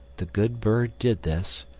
the good bird did this,